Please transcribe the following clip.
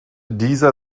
dieser